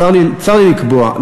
צר לי לקבוע,